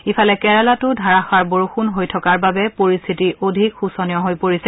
ইফালে কেৰালাতো ধাৰাযাৰ বৰযুণ হৈ থকাৰ বাবে পৰিস্থিতি অধিক শোচনীয় হৈ পৰিছে